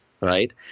right